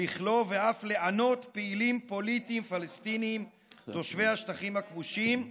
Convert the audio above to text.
לכלוא ואף לענות פעילים פוליטיים פלסטינים תושבי השטחים הכבושים,